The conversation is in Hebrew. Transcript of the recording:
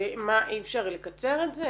ואי אפשר לקצר את זה?